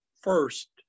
first